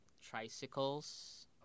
tricycles